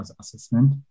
assessment